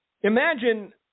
Imagine